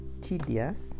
tedious